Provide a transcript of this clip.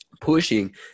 pushing